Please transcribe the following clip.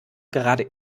gerade